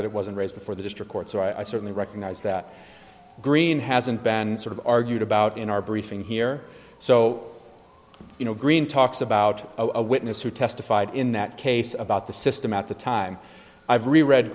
that it wasn't raised before the district court so i certainly recognize that green hasn't been sort of argued about in our briefing here so you know greene talks about a witness who testified in that case about the system at the time i've really re